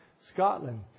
Scotland